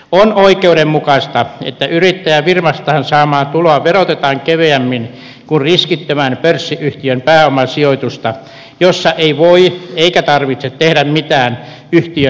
on oikeudenmukaista että yrittäjän firmastaan saamaa tuloa verotetaan keveämmin kuin riskittömän pörssiyhtiön pääomasijoitusta jossa ei voi eikä tarvitse tehdä mitään yhtiön menestykselle